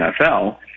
nfl